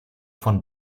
von